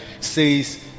says